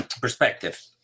Perspective